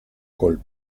col